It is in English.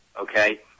okay